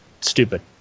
stupid